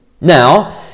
Now